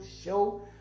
show